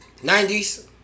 90s